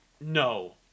no